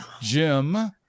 Jim